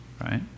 right